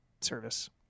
service